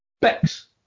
Bex